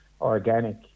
organic